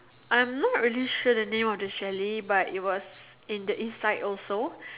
I'm not really sure the name of the chalet but it was in the East side also